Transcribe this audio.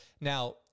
Now